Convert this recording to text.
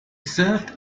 served